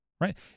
right